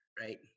right